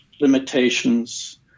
limitations